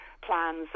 plans